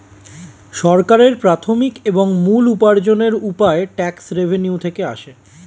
সরকারের প্রাথমিক এবং মূল উপার্জনের উপায় ট্যাক্স রেভেন্যু থেকে আসে